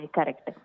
Correct